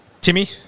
Timmy